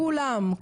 כולם,